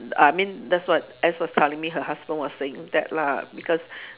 I mean that's what S was telling me her husband was saying that lah because